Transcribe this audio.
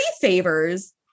favors